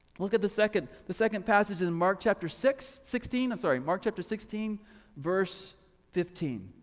look at the second the second passage in and mark chapter six, sixteen, i'm sorry, mark chapter sixteen verse fifteen.